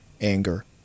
anger